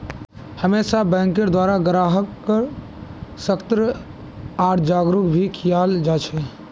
हमेशा बैंकेर द्वारा ग्राहक्क सतर्क आर जागरूक भी कियाल जा छे